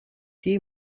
they